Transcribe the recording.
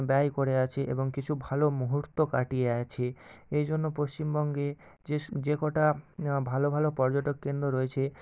ব্যয় করে আছে এবং কিছু ভালো মুহূর্ত কাটিয়ে আছে এই জন্য পশ্চিমবঙ্গে যে যে কটা ভালো ভালো পর্যটক কেন্দ্র রয়েছে